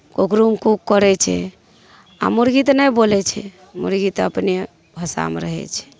कुकरूकुं करै छै आ मुर्गी तऽ नहि बोलै छै मुर्गी तऽ अपने भाषामे रहै छै